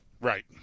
Right